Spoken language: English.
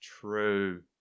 true